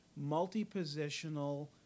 multi-positional